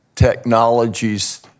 technologies